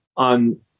On